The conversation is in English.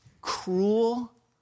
cruel